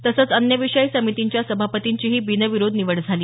तसंच अन्य विषय समितींच्या सभापतींचीही बिनविरोध निवड झाली